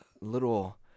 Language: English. little